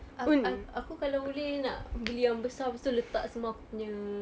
a~ a~ aku kalau boleh nak beli yang besar lepas tu letak semua aku punya